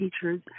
teachers